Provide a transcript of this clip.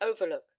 overlook